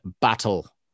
Battle